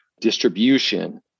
distribution